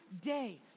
day